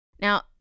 Now